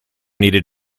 needed